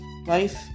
Life